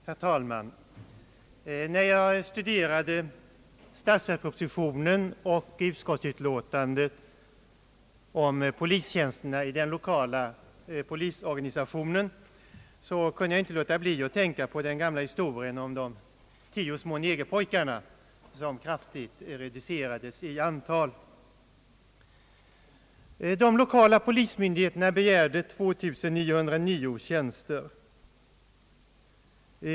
Herr talman! När jag studerade statsverkspropositionen och utskottsutlåtandet om polistjänsterna i den lokala polisorganisationen, kunde jag inte låta bli att tänka på den gamla historien om de tio små negerpojkarna som kraftigt reducerades i antal. De lokala polismyndigheterna begärde 2 919 tjänster.